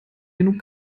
genug